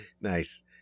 Nice